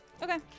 Okay